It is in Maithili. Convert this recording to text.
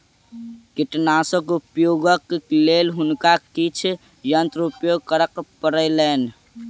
कीटनाशकक उपयोगक लेल हुनका किछ यंत्र उपयोग करअ पड़लैन